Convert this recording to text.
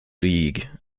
league